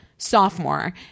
sophomore